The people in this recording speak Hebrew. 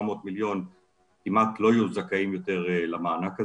מיליון כמעט לא יהיו זכאים יותר למענק הזה,